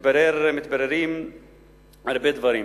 מתבררים הרבה דברים.